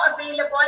available